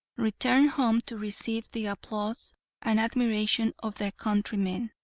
return home to receive the applause and admiration of their countrymen.